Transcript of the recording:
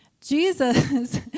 Jesus